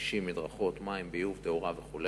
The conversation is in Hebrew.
כבישים, מדרכות, מים, ביוב, תאורה וכו'.